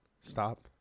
Stop